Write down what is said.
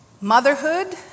Motherhood